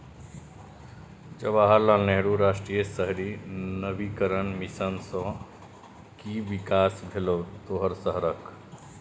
जवाहर लाल नेहरू राष्ट्रीय शहरी नवीकरण मिशन सँ कि कि बिकास भेलौ तोहर शहरक?